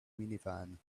minivan